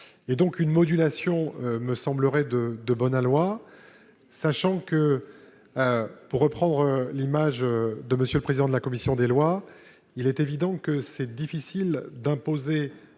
une modulation me semblerait de de bon aloi, sachant que, pour reprendre l'image de Monsieur, le président de la commission des lois, il est évident que c'est difficile d'imposer